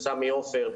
בסמי עופר,